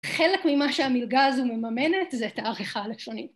חלק ממה שהמלגה הזו מממנת זה את העריכה הלשונית